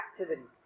activity